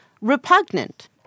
repugnant